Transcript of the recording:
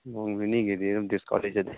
ꯅꯣꯡ ꯅꯤꯅꯤꯒꯤꯗꯤ ꯑꯗꯨꯝ ꯗꯤꯁꯀꯥꯎꯟ ꯂꯩꯖꯗꯦ